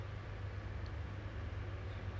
I play